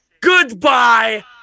goodbye